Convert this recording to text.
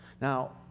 Now